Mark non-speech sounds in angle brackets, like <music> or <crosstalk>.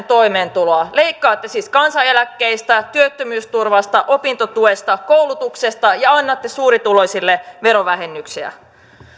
<unintelligible> toimeentuloa leikkaatte siis kansaneläkkeistä työttömyysturvasta opintotuesta koulutuksesta ja annatte suurituloisille verovähennyksiä